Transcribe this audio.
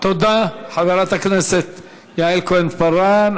תודה, חברת הכנסת יעל כהן-פארן.